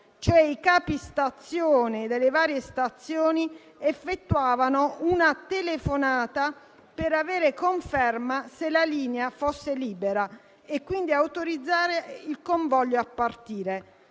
cioè i capistazione delle varie stazioni effettuavano una telefonata per avere conferma che la linea fosse libera e quindi autorizzare il convoglio a partire.